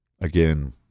again